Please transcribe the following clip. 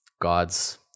God's